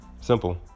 Simple